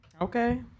Okay